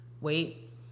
Wait